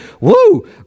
Woo